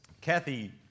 Kathy